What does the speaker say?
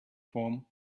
form